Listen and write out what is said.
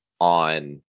on